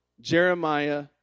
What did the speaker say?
jeremiah